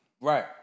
Right